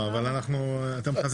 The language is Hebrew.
תודה לכם.